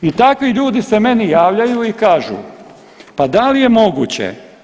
I takvi ljudi se meni javljaju i kažu pa da li je moguće.